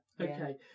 Okay